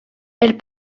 elles